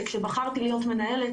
כשבחרתי להיות מנהלת,